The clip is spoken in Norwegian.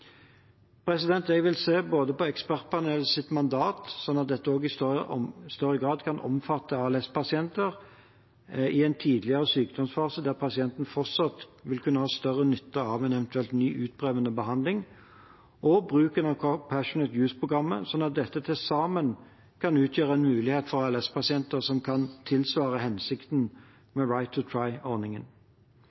Jeg vil se både på ekspertpanelets mandat, sånn at dette også i større grad kan omfatte ALS-pasienter i en tidligere sykdomsfase der pasienten fortsatt vil kunne ha større nytte av en eventuell ny utprøvende behandling, og på bruken av «compassionate use»-programmet, sånn at dette til sammen kan utgjøre en mulighet for ALS-pasienter som kan tilsvare hensikten med «right to